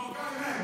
מה תימני?